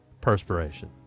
perspiration